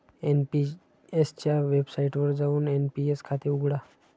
NPS च्या वेबसाइटवर जाऊन एन.पी.एस खाते उघडा